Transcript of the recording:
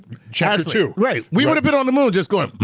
chapter two. right, we would've been on the moon just going,